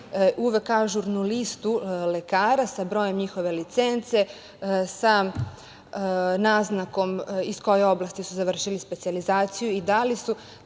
uvek ažurnu listu lekara sa brojem njihove licence, sa naznakom iz koje oblasti su završili specijalizaciju i da li su,